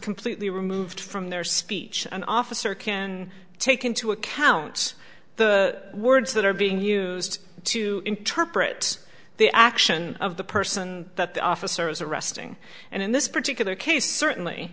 completely removed from their speech an officer can take into account the words that are being used to interpret the action of the person that the officer is arresting and in this particular case certainly